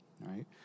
right